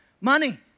money